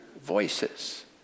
voices